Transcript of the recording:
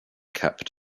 kept